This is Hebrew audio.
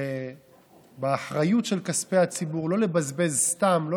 על האחריות שלא לבזבז סתם כספי ציבור,